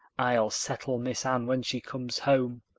i'll settle miss anne when she comes home,